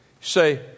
say